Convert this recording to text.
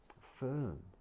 firm